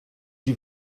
die